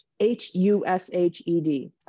H-U-S-H-E-D